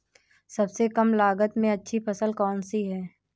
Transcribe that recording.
सबसे कम लागत में अच्छी फसल कौन सी है?